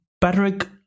Patrick